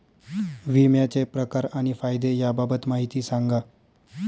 विम्याचे प्रकार आणि फायदे याबाबत माहिती सांगा